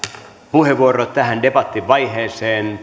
puheenvuoro tähän debattivaiheeseen